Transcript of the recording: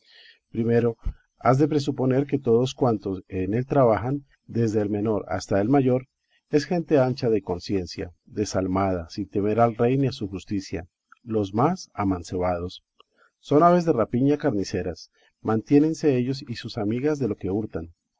primero has de presuponer que todos cuantos en él trabajan desde el menor hasta el mayor es gente ancha de conciencia desalmada sin temer al rey ni a su justicia los más amancebados son aves de rapiña carniceras mantiénense ellos y sus amigas de lo que hurtan